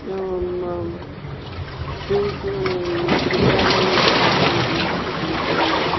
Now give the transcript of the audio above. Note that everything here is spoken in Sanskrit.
एवं केचन विद्यालये पाठयन्ति केचन